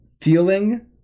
feeling